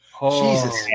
Jesus